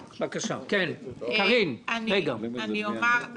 בבקשה, קארין, בקצרה.